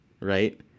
Right